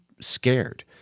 scared